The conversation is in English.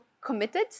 committed